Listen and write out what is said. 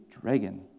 dragon